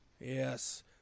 Yes